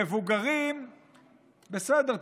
בסדר,